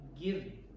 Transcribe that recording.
giving